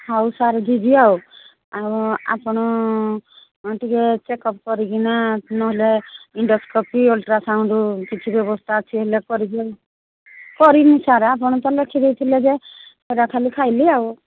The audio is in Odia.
ହଉ ସାର୍ ଯିବି ଆଉ ଆଉ ଆପଣ ଟିକିଏ ଚେକ୍ଅପ୍ କରିକିନା ନହେଲେ ଇଣ୍ଡୋସ୍କୋପି ଅଲ୍ଟ୍ରାସାଉଣ୍ଡ୍ କିଛି ବ୍ୟବସ୍ଥା ଅଛି ହେଲେ କରିକି ଦିଅନ୍ତୁ କରିନି ସାର୍ ଆପଣ ତ ଲେଖିଦେଇଥିଲେ ଯେ ସେଇଟା ଖାଲି ଖାଇଲି ଆଉ